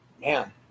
man